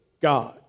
God